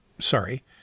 sorry